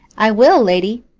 i will, lady.